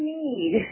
need